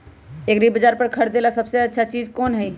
एग्रिबाजार पर से खरीदे ला सबसे अच्छा चीज कोन हई?